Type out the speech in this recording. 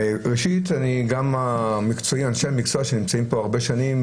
ראשית אני גם אנשי המקצוע שנמצאים פה הרבה שנים,